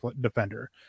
defender